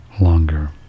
longer